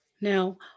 Now